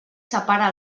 separa